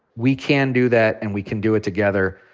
we can do that, and we can do it together.